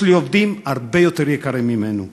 יש לי עובדים הרבה יותר יקרים ממנו,